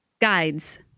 Guides